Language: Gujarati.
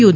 યુ